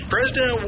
President